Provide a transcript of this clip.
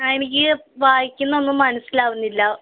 ആ എനിക്ക് വായിക്കുന്നതൊന്നും മനസിലാവുന്നില്ല